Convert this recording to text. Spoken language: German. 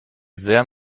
sehr